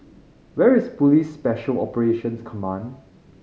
where is Police Special Operations Command